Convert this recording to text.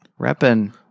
Reppin